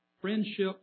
friendship